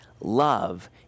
love